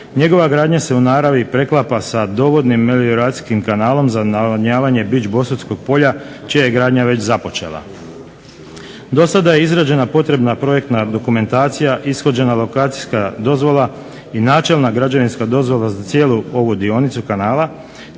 njegova gradnja se u naravi preklapa sa dovodnim melioracijskim kanalom za navodnjavanje Biđ bosutskog polja, čija je gradnja već započela. Do sada je izrađena potrebna projektna dokumentacija, ishođena lokacijska dozvola i načelna građevinska dozvola za cijelu ovu dionicu kanala,